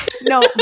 No